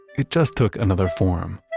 it just took another forum.